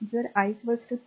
जर i 3